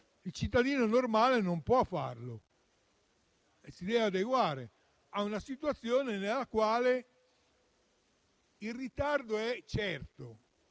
il cittadino normale non può farlo e si deve adeguare a una situazione nella quale il ritardo è una